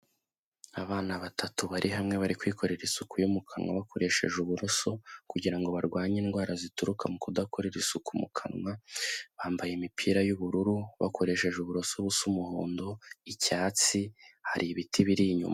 Abana batatu bari hamwe bari kwikorera isuku yo mu kanwa bakoresheje uburoso kugira ngo barwanye indwara zituruka mu kudakorera isuku mu kanwa, bambaye imipira y'ubururu bakoresheje uburoso busa umuhondo, icyatsi hari ibiti biri inyuma.